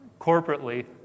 corporately